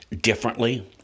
differently